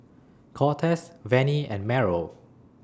Cortez Vennie and Meryl